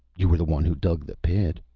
you were the one who dug the pit.